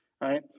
right